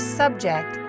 subject